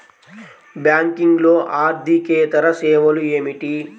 బ్యాంకింగ్లో అర్దికేతర సేవలు ఏమిటీ?